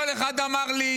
כל אחד אמר לי,